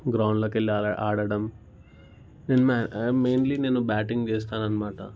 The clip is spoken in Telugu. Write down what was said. గ్రౌండ్లోకి వెళ్ళి ఆడ ఆడటం మెయిన్లీ నేను బ్యాటింగ్ చేస్తాననమాట